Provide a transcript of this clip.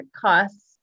costs